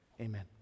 amen